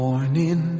Morning